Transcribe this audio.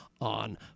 on